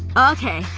okay.